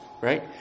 Right